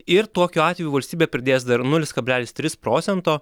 ir tokiu atveju valstybė pridės dar nulis kablelis tris procento